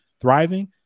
thriving